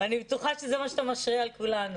אני בטוחה שזה מה שאתה משרה על כולנו.